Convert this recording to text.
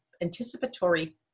anticipatory